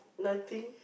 nothing